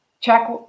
check